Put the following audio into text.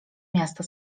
miasta